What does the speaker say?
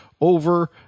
over